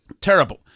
terrible